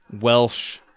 Welsh